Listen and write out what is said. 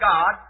God